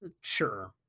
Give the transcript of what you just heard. Sure